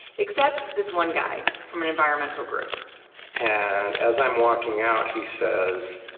except this one guy, from an environmental group and as i'm walking out he says,